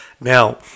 Now